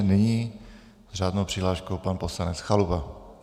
Nyní s řádnou přihláškou pan poslanec Chalupa.